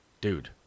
dude